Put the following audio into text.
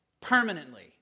permanently